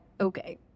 okay